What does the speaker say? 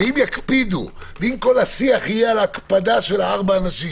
אם יקפידו ואם כל השיח יהיה על ההקפדה של ארבעה אנשים,